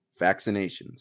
Vaccinations